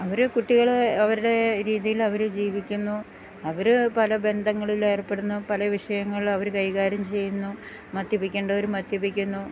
അവർ കുട്ടികൾ അവരുടെ രീതിയിലവർ ജീവിക്കുന്നു അവർ പല ബന്ധങ്ങളിൽ ഏർപ്പെടുന്നു പല വിഷയങ്ങൾ അവർ കൈകാര്യം ചെയ്യുന്നു മദ്യപിക്കേണ്ടവർ മദ്യപിക്കുന്നു